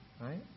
Right